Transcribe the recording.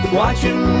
watching